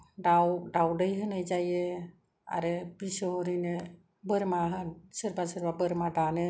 दाउ दावदै होनाय जायो आरो बिस'हरिनो बोरमा हा सोरबा सोरबा बोरमा दानो